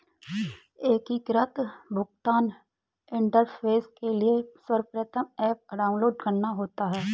एकीकृत भुगतान इंटरफेस के लिए सर्वप्रथम ऐप डाउनलोड करना होता है